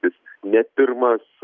jis ne pirmas